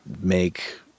make